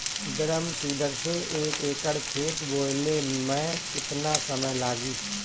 Drum seeder से एक एकड़ खेत बोयले मै कितना समय लागी?